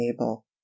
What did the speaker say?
able